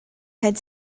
had